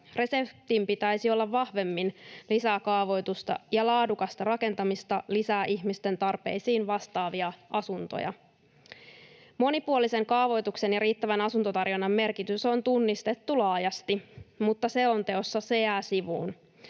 Reseptin pitäisi olla vahvemmin: lisää kaavoitusta ja laadukasta rakentamista, lisää ihmisten tarpeisiin vastaavia asuntoja. Monipuolisen kaavoituksen ja riittävän asuntotarjonnan merkitys on tunnistettu laajasti, mutta selonteossa se jää sivuun.